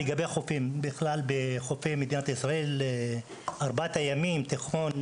חופי מדינת ישראל הם לאורך ארבעת הימים ים תיכון,